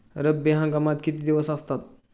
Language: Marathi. रब्बी हंगामात किती दिवस असतात?